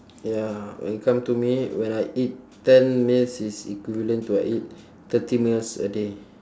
ya when it come to me when I eat ten meals it's equivalent to I eat thirty meals a day